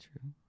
True